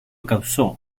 causó